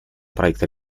проекта